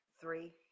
Three